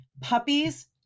Puppies